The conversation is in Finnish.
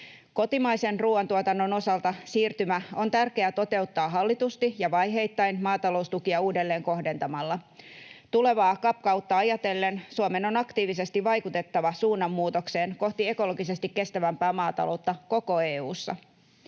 Kotimaisen ruuantuotannon osalta siirtymä on tärkeää toteuttaa hallitusti ja vaiheittain maataloustukia uudelleen kohdentamalla. Tulevaa CAP-kautta ajatellen Suomen on aktiivisesti vaikutettava suunnanmuutokseen kohti ekologisesti kestävämpää maataloutta koko EU:ssa.